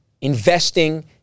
investing